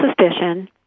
suspicion